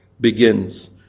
begins